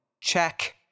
check